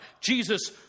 Jesus